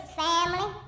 family